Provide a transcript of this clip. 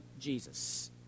Jesus